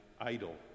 idle